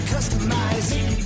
Customizing